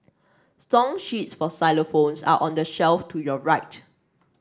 song sheets for xylophones are on the shelf to your right